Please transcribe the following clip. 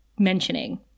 Mentioning